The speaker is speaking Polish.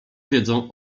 wiedzą